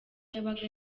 yabaga